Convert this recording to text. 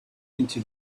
into